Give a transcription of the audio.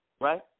Right